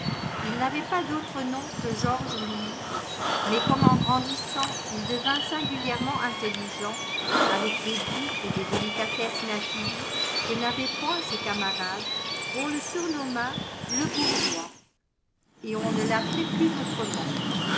ii n'avait pas d'autre nom que georges louis mais comme en grandissant il devint singulièrement intelligent avec des goûts et des délicatesses natives que n'avaient point ses camarades on le surnomma de bourgeois et on ne l'appelait plus autrement